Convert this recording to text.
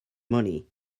money